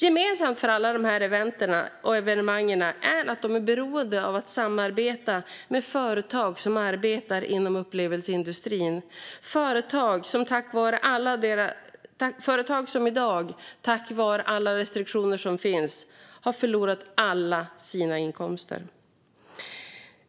Gemensamt för alla dessa event och evenemang är att de är beroende av samarbete med företag som arbetar inom upplevelseindustrin. Det här är företag som på grund av alla de restriktioner som i dag finns har förlorat alla sina inkomster.